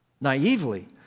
Naively